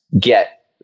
get